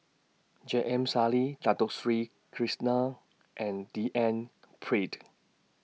J M Sali Dato Sri Krishna and D N Pritt